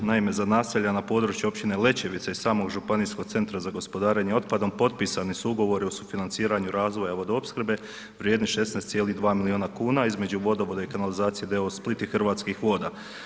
Naime, za naselja na području općine Lećevica i samog županijskog centra za gospodarenje otpadom potpisani su ugovori o sufinanciranju razvoja vodoopskrbe vrijedni 16,2 miliona kuna, između Vodovoda i kanalizacije d.o. Split i Hrvatskih voda.